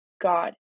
God